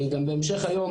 אני גם בהמשך היום,